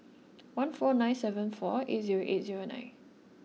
one four nine seven four eight zero eight zero nine